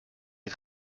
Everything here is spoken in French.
des